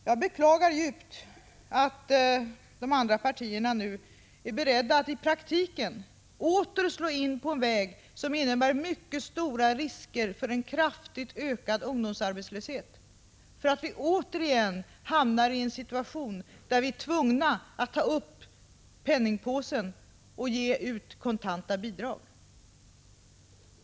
Jag beklagar djupt att de andra partierna nu är beredda att i praktiken åter slå in på en väg som innebär mycket stora risker för en kraftigt ökad ungdomsarbetslöshet och för att vi återigen hamnar i en situation där vi är tvungna att ta upp penningpåsen och betala ut kontanta bidrag.